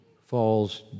falls